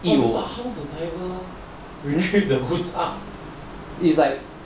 you sure to get the goods up